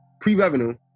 pre-revenue